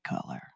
color